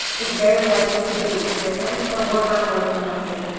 is very likely to be different from what i'm working on here.